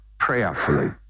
prayerfully